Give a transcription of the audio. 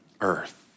earth